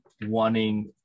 wanting